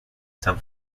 san